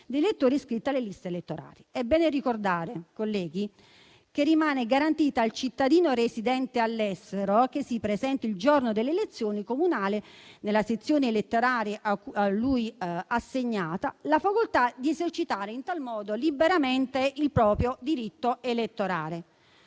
È bene ricordare, colleghi, che rimane garantita al cittadino residente all'estero che si presenti il giorno delle elezioni comunali nella sezione elettorale a lui assegnata la facoltà di esercitare in tal modo liberamente il proprio diritto elettorale.